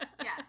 Yes